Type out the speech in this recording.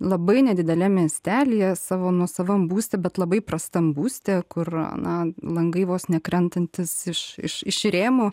labai nedideliam miestelyje savo nuosavam būste bet labai prastam būste kur na langai vos ne krentantys iš iš iš rėmų